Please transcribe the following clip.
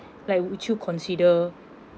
like would you consider